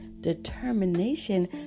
determination